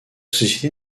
société